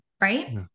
right